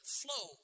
flow